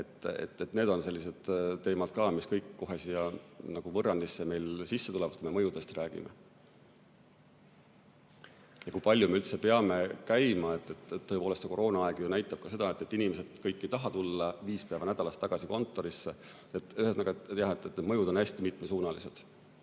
Need on sellised teemad, mis kõik kohe siia võrrandisse sisse tulevad, kui me mõjudest räägime. Ja kui palju me üldse peame [ringi] käima? Tõepoolest, koroonaaeg näitab ju ka seda, et kõik inimesed ei taha tulla viiel päeval nädalas tagasi kontorisse. Nii et ühesõnaga, jah, need mõjud on hästi mitmesuunalised.